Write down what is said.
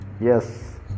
Yes